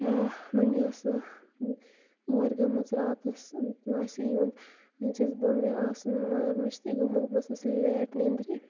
مٔمی ٲس اوٗرۍ گٔمٕژ راتَس ماسہِ ہُنٛد وۄنۍ چھَس بہٕ مےٚ ٲس مگر مٔشتٕے گوٚمُت بہٕ ؤژھٕس لیٹ نیٚنٛدرِ